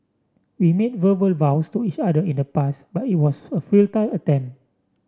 we made verbal vows to each other in the past but it was a futile attempt